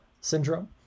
syndrome